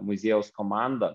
muziejaus komanda